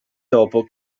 dopo